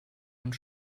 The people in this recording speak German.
und